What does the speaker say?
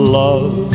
love